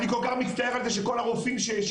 אני כל כך מצטער על זה שכל הרופאים שהשכילו